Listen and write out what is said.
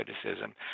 criticism